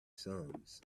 sums